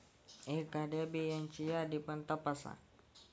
एकदा बियांची यादी पण तपासा